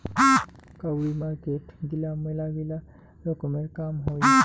কাউরি মার্কেট গিলা মেলাগিলা রকমের কাম হই